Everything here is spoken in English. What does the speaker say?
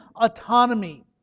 autonomy